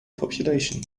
population